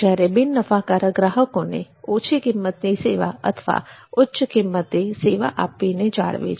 જ્યારે બિન નફાકારક ગ્રાહકોને ઓછી કિંમતની સેવા અથવા ઉચ્ચ કિંમતે સેવા આપીને જાળવે છે